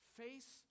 face